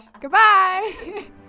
goodbye